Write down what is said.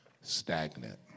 stagnant